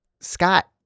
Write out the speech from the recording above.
Scott